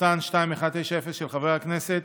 של חבר הכנסת